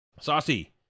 Saucy